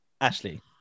Ashley